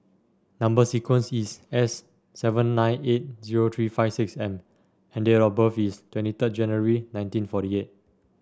number sequence is S seven nine eight zero three five six M and date of birth is twenty third January nineteen forty eight